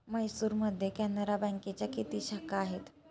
म्हैसूरमध्ये कॅनरा बँकेच्या किती शाखा आहेत?